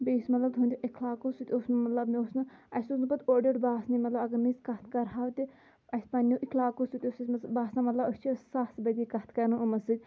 بیٚیہِ یُس مطلب تُہٕنٛدِ اِخلاق اوس سُہ تہِ اوس نہٕ مطلب مےٚ اوس نہٕ اَسہِ اوس نہٕ پَتہٕ اورٕ یورٕ باسنٕے مطلب اگر نہٕ أسۍ کَتھ کَرٕہاو تہِ اَسہِ پنٛنیو اخلاقو سۭتۍ اوس باسان مطلب أسۍ چھِ سَتھ بجے کَتھ کَران یِمَن سۭتۍ